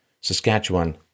Saskatchewan